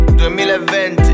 2020